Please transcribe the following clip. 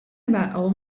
about